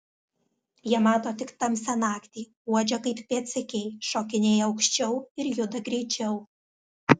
jie mato tik tamsią naktį uodžia kaip pėdsekiai šokinėja aukščiau ir juda greičiau